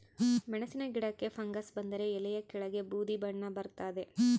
ಮೆಣಸಿನ ಗಿಡಕ್ಕೆ ಫಂಗಸ್ ಬಂದರೆ ಎಲೆಯ ಕೆಳಗೆ ಬೂದಿ ಬಣ್ಣ ಬರ್ತಾದೆ